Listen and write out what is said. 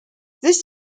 this